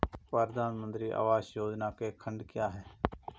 प्रधानमंत्री आवास योजना के खंड क्या हैं?